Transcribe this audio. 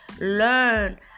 learn